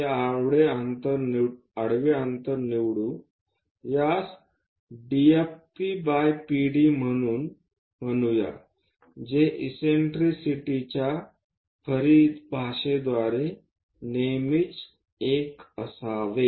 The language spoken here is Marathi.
हे आडवे अंतर निवडू यास DFP बाय PD म्हणूया जे इससेन्ट्रिसिटीच्या परिभाषाद्वारे नेहमी 1 असावे